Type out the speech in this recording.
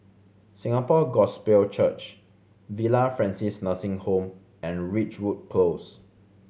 Singapore Gospel Church Villa Francis Nursing Home and Ridgewood Close